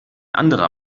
anderer